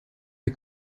des